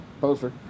poster